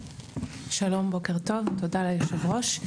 שלום, בוקר טוב, תודה ליושב הראש.